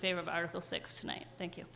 favor of article six tonight thank you